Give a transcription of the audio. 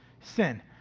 sin